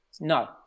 No